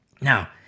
Now